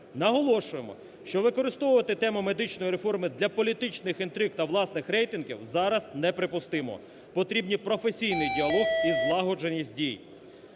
Наголошуємо, що використовувати тему медичної реформи для політичних інтриг та власних рейтингів зараз неприпустимо, потрібен професійний діалог і злагодженість дій.